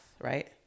right